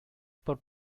por